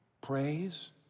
praise